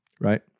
Right